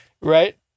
Right